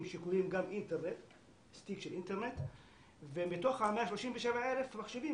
שכוללים גם סטיק של אינטרנט ומתוך ה-137,000 מחשבים,